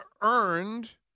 earned –